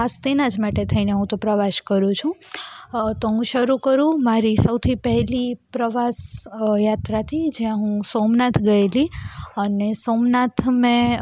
ખાસ તેના જ માટે થઈને હું તો પ્રવાસ કરું છું તો હું શરું કરું મારી સૌથી પહેલી પ્રવાસ યાત્રાથી જ્યાં હું સોમનાથ ગયેલી અને સોમનાથ મેં